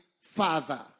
Father